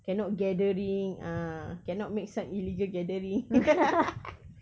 cannot gathering ah cannot make side illegal gathering